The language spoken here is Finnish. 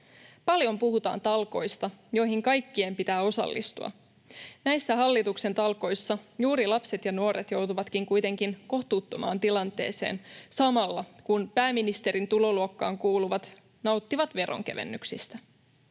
Paljon puhutaan talkoista, joihin kaikkien pitää osallistua. Näissä hallituksen talkoissa juuri lapset ja nuoret joutuvatkin kuitenkin kohtuuttomaan tilanteeseen samalla, kun pääministerin tuloluokkaan kuuluvat nauttivat veronkevennyksistä.